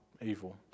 evil